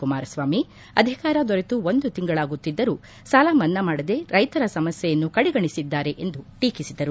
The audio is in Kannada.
ಕುಮಾರಸ್ವಾಮಿ ಅಧಿಕಾರ ದೊರೆತು ಒಂದು ತಿಂಗಳಾಗುತ್ತಿದ್ದರೂ ಸಾಲಮನ್ನಾ ಮಾಡದೆ ರೈತರ ಸಮಸ್ಥೆಯನ್ನು ಕಡೆಗಣಿಸಿದ್ದಾರೆ ಎಂದು ಟೀಕಿಸಿದರು